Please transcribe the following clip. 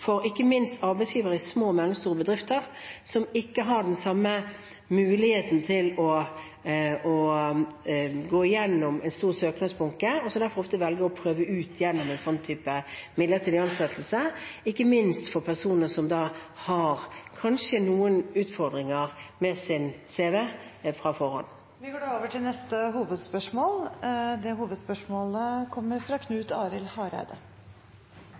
ikke minst for arbeidsgivere i små og mellomstore bedrifter, som ikke har den samme muligheten til å gå gjennom en stor søknadsbunke, og som derfor ofte velger å prøve ut gjennom en slik type midlertidig ansettelse, bl.a. for personer som kanskje har noen utfordringer med sin cv på forhånd. Vi går til neste hovedspørsmål.